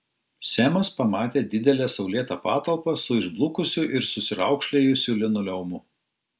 semas pamatė didelę saulėtą patalpą su išblukusiu ir susiraukšlėjusiu linoleumu